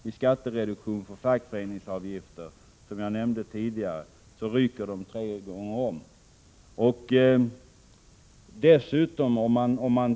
i skattereduktion för fackföreningsavgifter som jag tidigare nämnde — de ryker tre gånger om för att vederbörande skall kunna betala villaskatten!